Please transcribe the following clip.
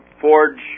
forge